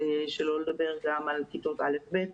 שלא לדבר גם על כיתות א'-ב'.